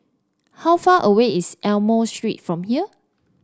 how far away is Almond Street from here